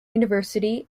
university